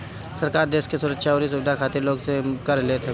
सरकार देस के सुरक्षा अउरी सुविधा खातिर लोग से कर लेत हवे